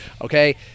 okay